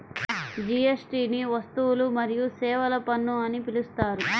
జీఎస్టీని వస్తువులు మరియు సేవల పన్ను అని పిలుస్తారు